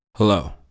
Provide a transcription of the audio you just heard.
Hello